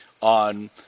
on